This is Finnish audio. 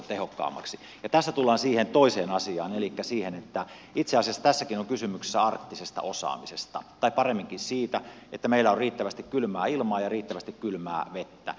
ja tässä tullaan siihen toiseen asiaan elikkä siihen että itse asiassa tässäkin on kysymys arktisesta osaamisesta tai paremminkin siitä että meillä on riittävästi kylmää ilmaa ja riittävästi kylmää vettä